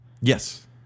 Yes